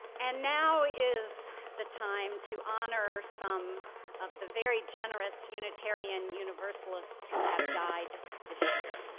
and now is the time to honor some of the very generous unitarian universalists who have died this year.